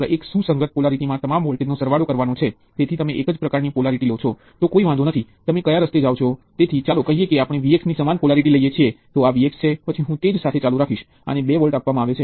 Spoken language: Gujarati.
તેથી આ બે અથવા બે થી વધુ ટર્મિનલ તત્વો ના સીરિઝ જોડાણ ને સંદર્ભીત કરે છે